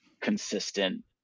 consistent